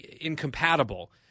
incompatible